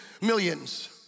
millions